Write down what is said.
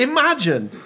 Imagine